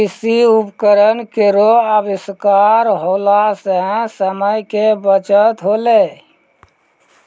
कृषि उपकरण केरो आविष्कार होला सें समय के बचत होलै